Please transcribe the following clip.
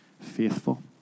faithful